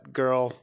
girl